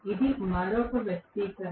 ఇది మరొక వ్యక్తీకరణ